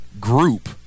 group –